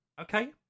Okay